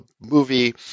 movie